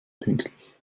pünktlich